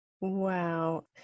Wow